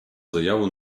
заяву